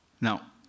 Now